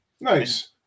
Nice